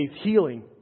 healing